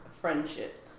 friendships